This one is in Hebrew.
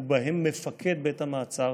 ובהם מפקד בית המעצר,